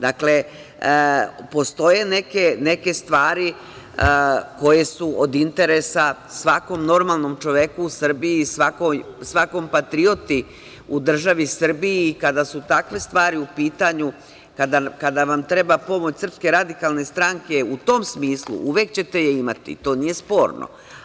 Dakle, postoje neke stvari koje su od interesa, svakom normalnom čoveku u Srbiji i svakom patrioti u državi Srbiji, kada su takve stvari u pitanju, kada vam treba pomoć SRS u tom smislu, uvek ćete je imati, to nije sporno.